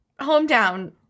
hometown